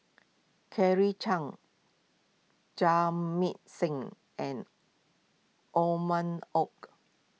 Claire Chiang Jamit Singh and Othman Wok